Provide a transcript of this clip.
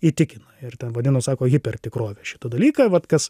įtikina ir vadino sako hipertikrovė šitą dalyką vat kas